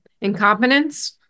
incompetence